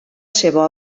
seva